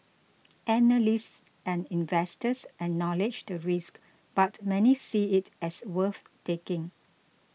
analysts and investors acknowledge the risk but many see it as worth taking